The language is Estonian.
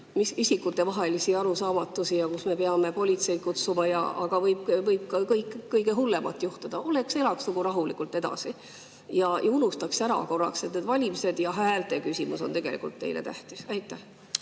mis isikutevahelisi arusaamatusi ja kus me peame politseid kutsuma ja ... Aga võib ka kõige hullemat juhtuda. Oleks-elaks nagu rahulikult edasi ja unustaks ära korraks, et need valimised tulevad? Aga häälte küsimus on tegelikult teile tähtis. Marika